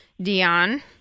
Dion